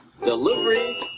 Delivery